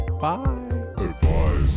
Bye